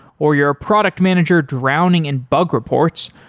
or you're a product manager drowning in bug reports,